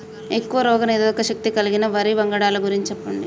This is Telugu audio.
ఎక్కువ రోగనిరోధక శక్తి కలిగిన వరి వంగడాల గురించి చెప్పండి?